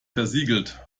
versiegelt